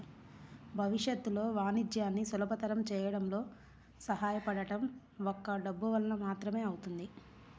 భవిష్యత్తులో వాణిజ్యాన్ని సులభతరం చేయడంలో సహాయపడటం ఒక్క డబ్బు వలన మాత్రమే అవుతుంది